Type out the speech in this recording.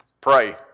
Pray